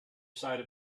side